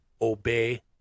Obey